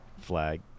flag